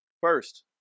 First